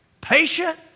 patient